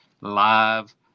live